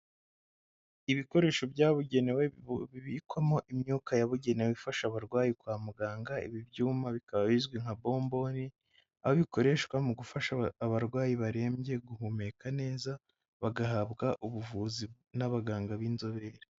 Ibikoresho byabugenewe bibikwamo imyuka yabugenewe ifasha abarwayi kwa muganga, ibi byuma bikaba bizwi nka bomboni, aho bikoreshwa mu gufasha abarwayi barembye guhumeka neza, bagahabwa ubuvuzi n'abaganga b'inzobere.